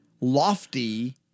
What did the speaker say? lofty